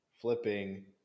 Flipping